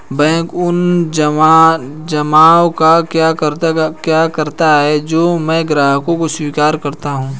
Bank उन जमाव का क्या करता है जो मैं ग्राहकों से स्वीकार करता हूँ?